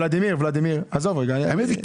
ולדימיר, הוא אומר לך,